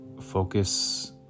focus